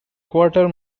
quarter